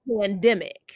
pandemic